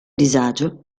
disagio